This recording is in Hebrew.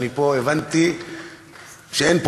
אבל בואו נהיה אינטרסנטים קצת.